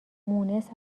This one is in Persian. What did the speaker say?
مونس